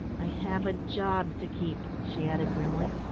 i have a job to keep, she added grimly.